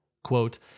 Quote